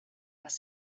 was